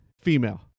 female